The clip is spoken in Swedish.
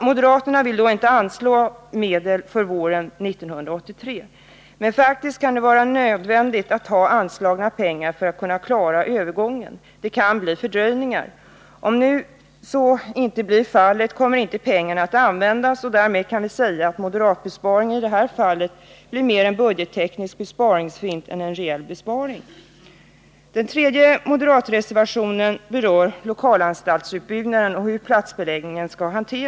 Moderaterna vill då inte anslå medel för våren 1983. Men det kan faktiskt vara nödvändigt att ha pengar anslagna så att man kan klara övergången. Det kan bli fördröjningar. Om så inte blir fallet, kommer pengarna inte att användas, och därmed kan vi säga att det moderata förslaget till besparing i det här fallet blir mer en budgetteknisk besparingsfint än en reell besparing. Den tredje moderatreservationen berör lokalanstaltsutbyggnaden och hanteringen av platsbeläggningen.